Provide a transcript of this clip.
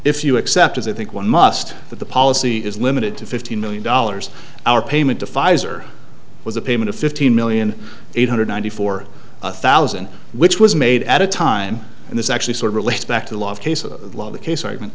if you accept as i think one must that the policy is limited to fifteen million dollars our payment to pfizer was a payment of fifteen million eight hundred ninety four thousand which was made at a time and this actually sort of relates back to the last case of the case argument